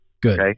Good